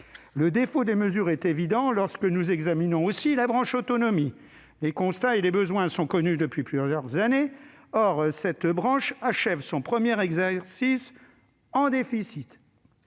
Le défaut de mesures est également évident lorsque nous examinons la branche autonomie. Les constats et les besoins sont connus depuis plusieurs années. Or cette branche achève son premier exercice en déficit,